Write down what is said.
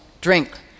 drink